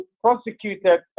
prosecuted